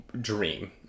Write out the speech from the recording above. dream